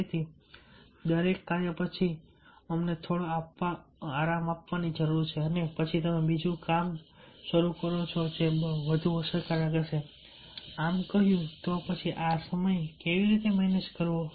તેથી દરેક કાર્ય પછી અમને થોડો આરામ ની જરૂર છે અને પછી તમે બીજું કામ શરૂ કરો જે વધુ અસરકારક હશે આમ કહ્યું તો પછી આ સમય કેવી રીતે મેનેજ કરવો